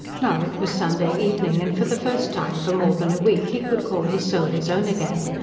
now it was sunday evening, and for the first time for more than a week he could call his soul his own again.